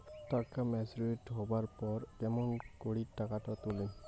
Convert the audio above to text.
টাকা ম্যাচিওরড হবার পর কেমন করি টাকাটা তুলিম?